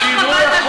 לגמרי.